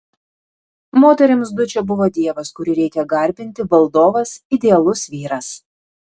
moterims dučė buvo dievas kurį reikia garbinti valdovas idealus vyras